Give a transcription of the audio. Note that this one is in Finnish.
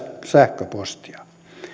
sähköpostia